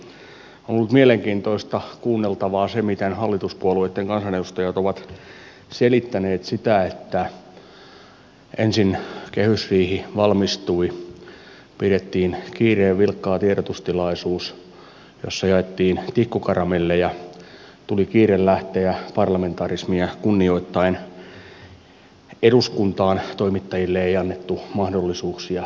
on ollut mielenkiintoista kuunneltavaa se miten hallituspuolueitten kansanedustajat ovat selittäneet sitä että ensin kehysriihi valmistui pidettiin kiireen vilkkaa tiedotustilaisuus jossa jaettiin tikkukaramelleja tuli kiire lähteä parlamentarismia kunnioittaen eduskuntaan toimittajille ei annettu mahdollisuuksia lisäkysymyksiin